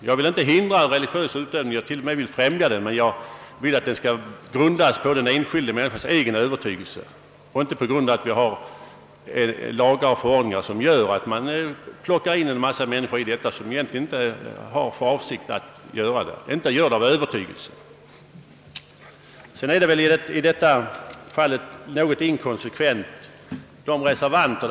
Jag vill inte hindra utan önskar tvärtom främja religiös utövning, men jag vill att denna skall grundas på den enskilda människans egen övertygelse och inte på lagar och förordningar som gör att man kan få med en mängd människor, vilka inte på grund av egen verklig övertygelse haft för avsikt att delta i ett religlöst ceremoniel.